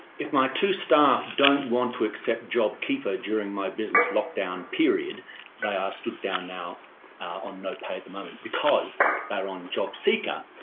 if my two staff don't want to accept jobkeeper during my business lockdown period are ah stood down now on no pay at the moment because they're on jobseeker.